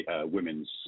women's